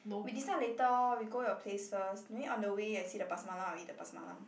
we decide later loh we go your place first maybe on the way I see the Pasar-Malam I'll eat the Pasar-Malam